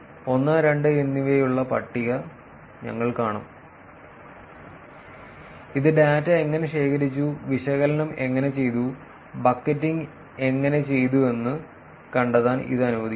1 2 എന്നിവയുള്ള പട്ടിക ഞങ്ങൾ കാണും ഇത് ഡാറ്റ എങ്ങനെ ശേഖരിച്ചു വിശകലനം എങ്ങനെ ചെയ്തു ബക്കറ്റിംഗ് എങ്ങനെ ചെയ്തുവെന്ന് കണ്ടെത്താൻ ഇത് അനുവദിക്കുന്നു